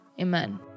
amen